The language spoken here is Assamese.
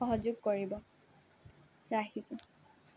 সহযোগ কৰিব ৰাখিছোঁ